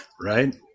right